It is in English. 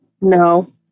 No